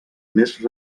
més